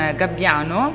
gabbiano